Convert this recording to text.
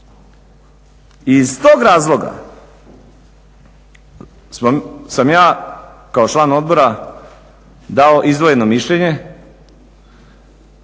iz tog razloga sam ja kao član odbore dao izdvojeno mišljenje